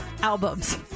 albums